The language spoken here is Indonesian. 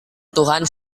tuhan